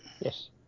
yes